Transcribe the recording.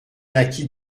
naquit